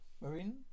Marine